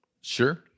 Sure